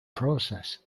process